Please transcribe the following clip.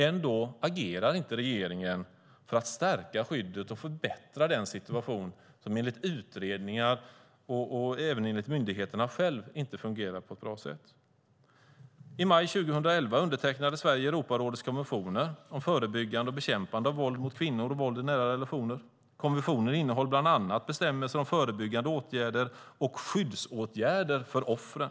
Ändå agerar regeringen inte för att stärka skyddet och förbättra den situation som enligt utredningar och även myndigheterna själva inte fungerar på ett bra sätt. I maj 2011 undertecknade Sverige Europarådets konvention om förebyggande och bekämpning av våld mot kvinnor och av våld i hemmet. Konventionen innehåller bland annat bestämmelser om förebyggande åtgärder och skyddsåtgärder för offren.